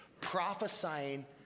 prophesying